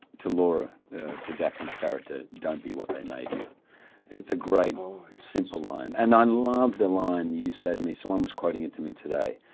to laura to daphne's character don't be what they made you it's a great simple line and i love the line you say to me someone was quoting it to me today